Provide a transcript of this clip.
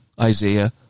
Isaiah